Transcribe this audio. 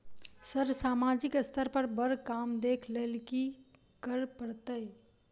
Sir सामाजिक स्तर पर बर काम देख लैलकी करऽ परतै?